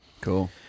Cool